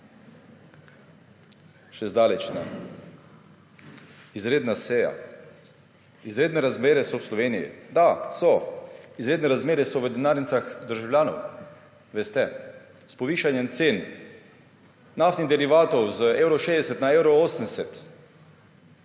Še zdaleč ne. Izredna seja. Izredne razmere so v Sloveniji. Da, so. Izredne razmere so v denarnicah državljanov. Veste, s povišanjem cen naftnih derivatov z 1,60 na 1,80,